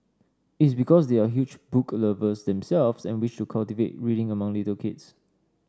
it's because they are huge book lovers themselves and wish to cultivate reading among little kids